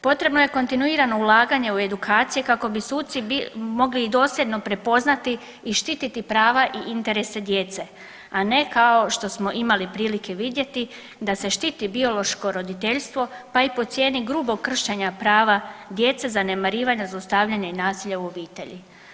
Potrebno je kontinuirano ulaganje u edukacije kako bi suci mogli i dosljedno prepoznati i štititi prava i interese djece, a ne kao što smo imali prilike vidjeti da se štiti biološko roditeljstvo pa i po cijeni grubog kršenja prava djece, zanemarivanja, zlostavljanja i nasilja u obitelji.